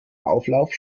auflauf